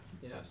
Yes